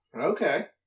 okay